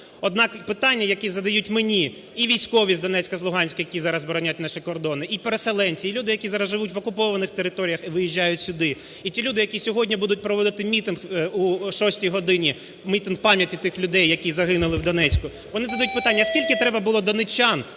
Однак питання, які задають мені і військові з Донецька, з Луганська, які зараз боронять наші кордони, і переселенці, і люди, які зараз живуть на окупованих територіях і виїжджають сюди, і ті люди, які сьогодні будуть проводити мітинг о 6 годині, мітинг пам'яті тих людей, які загинули в Донецьку, вони задають питання: а скільки треба було донеччан,